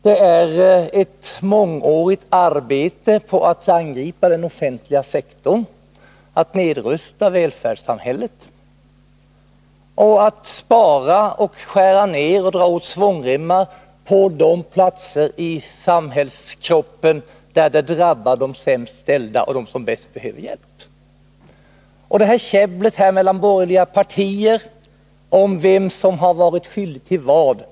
Det är ett mångårigt arbete för att angripa den offentliga sektorn, att nedrusta välfärdssamhället, att spara och skära ner och dra åt svångremmar på de platser i samhällskroppen där det drabbar de sämst ställda och dem som bäst behöver hjälp. Det är beklämmande att lyssna på käbblet mellan borgerliga partier om vem som har varit skyldig till vad.